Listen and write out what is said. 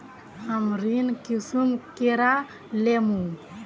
हमरा ऋण कुंसम करे लेमु?